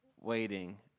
waiting